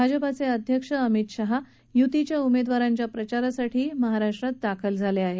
भाजपाचे अध्यक्ष अमित शाह हे युतीच्या उमेदवारांच्या प्रचारासाठी महाराष्ट्रात दाखल झाले आहेत